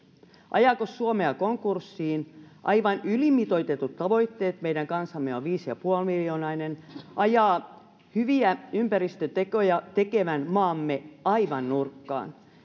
ajako suomea konkurssiin aivan ylimitoitetut tavoitteet meidän kansamme on viisi pilkku viisi miljoonainen ajaa hyviä ympäristötekoja tekevän maamme aivan nurkkaan